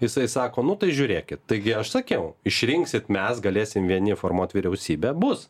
jisai sako nu tai žiūrėkit taigi aš sakiau išrinksit mes galėsim vieni formuot vyriausybę bus